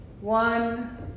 one